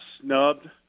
snubbed